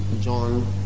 John